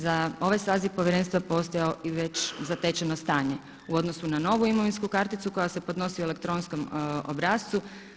Za ovaj saziv povjerenstvo je postojalo i već zatečen stanje u odnosu na novu imovinsku karticu koja se podnosi u elektronskom obrascu.